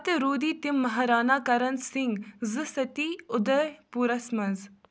پتہٕ روٗدی تِم مہارانا کرن سِنگھ زٕ سٔتۍ اُدے پوٗرَس منٛز